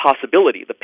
possibility